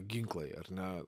ginklai ar ne